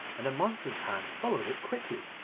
and the monster's hand followed it quickly.